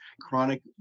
chronic